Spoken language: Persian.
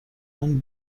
خون